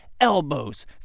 elbows